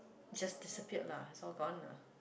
just disappeared lah it's all gone lah